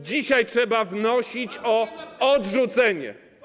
Dzisiaj trzeba wnosić o odrzucenie.